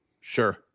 Sure